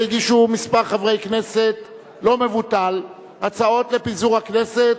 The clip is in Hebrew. הגישו מספר חברי כנסת לא מבוטל הצעות לפיזור הכנסת,